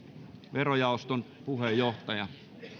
verojaoston puheenjohtaja